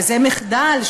וזה מחדל,